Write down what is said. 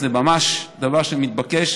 זה דבר שממש מתבקש,